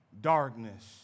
darkness